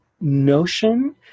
notion